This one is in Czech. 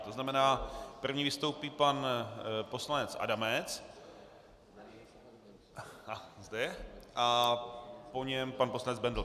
To znamená, první vystoupí pan poslanec Adamec a po něm pan poslanec Bendl.